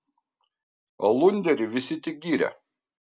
alunderį visi tik gyrė